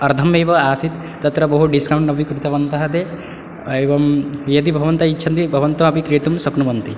अर्धम् एव आसीत् तत्र बहु डिस्कौण्ट् अपि कृतवन्तः ते एवं यदि भवन्तः इच्छन्ति भवन्तः अपि क्रेतुं शक्नुवन्ति